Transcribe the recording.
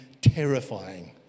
terrifying